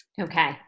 Okay